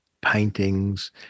paintings